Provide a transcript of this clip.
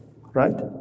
right